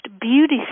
beauty